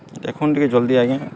ଦେଖୁନ୍ ଟିକ ଜଲ୍ଦି ଆଜ୍ଞା